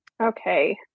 Okay